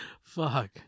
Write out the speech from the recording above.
Fuck